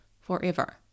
forever